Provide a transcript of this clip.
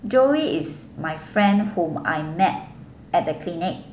joey is my friend whom I met at the clinic